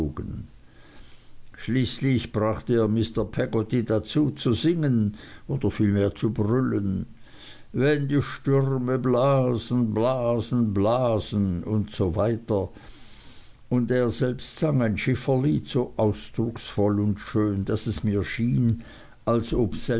schließlich brachte er mr peggotty dazu zu singen oder vielmehr zu brüllen wenn die stürme blasen blasen blasen usw und er selbst sang ein schifferlied so ausdrucksvoll und schön daß es mir schien als ob